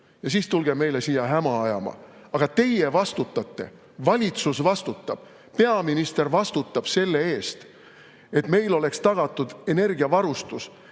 ja siis tulge meile siia häma ajama. Aga teie vastutate, valitsus vastutab, peaminister vastutab selle eest, et meil oleks tagatud energiavarustus,